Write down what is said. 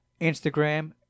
Instagram